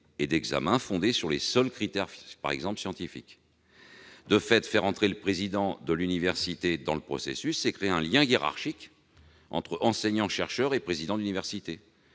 d'un examen fondé sur les seuls critères scientifiques. Faire entrer le président de l'université dans le processus, c'est créer un lien hiérarchique entre enseignant-chercheur et président d'université,